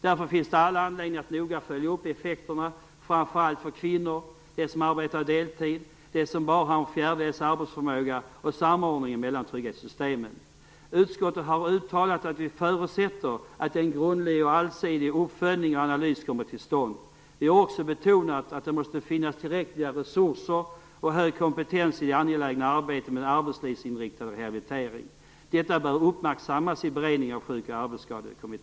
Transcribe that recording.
Därför finns det all anledning att noga följa upp effekterna för framför allt kvinnorna, de deltidsarbetande, de som bara har en fjärdedels arbetsförmåga och för samordningen mellan trygghetssystemen. Vi i utskottet har uttalat att vi förutsätter att en grundlig och allsidig uppföljning och analys kommer till stånd. Vi har också betonat att det måste finnas tillräckliga resurser och hög kompetens i det angelägna arbetet med den arbetslivsinriktade rehabiliteringen. Detta bör uppmärksammas vid beredningen av Herr talman!